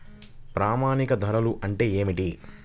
ప్రామాణిక ధరలు అంటే ఏమిటీ?